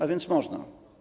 A więc można.